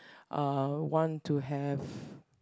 uh want to have